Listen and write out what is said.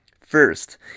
First